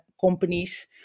companies